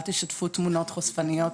אל תשתפו תמונות חושפניות,